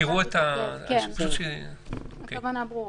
הכוונה ברורה.